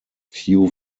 few